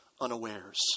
unawares